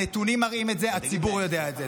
הנתונים מראים את זה, הציבור יודע את זה.